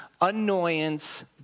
annoyance